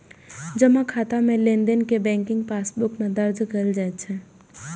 जमा खाता मे लेनदेन कें बैंक पासबुक मे दर्ज कैल जाइ छै